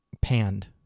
panned